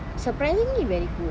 surprisingly very good